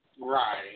Right